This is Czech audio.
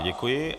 Děkuji.